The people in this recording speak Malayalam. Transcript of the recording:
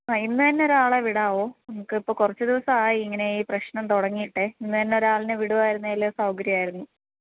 ആ ഇന്ന് തന്ന ഒരാളേ വിടാവോ എനിക്കിപ്പോൾ കുറച്ച് ദിവസമായി ഇങ്ങനേ ഈ പ്രശ്നം തുടങ്ങിയിട്ട് ഇന്ന് തന്നെ ഒരാളെ വിടുവായിരുന്നേല് സൗകര്യമായിരുന്നു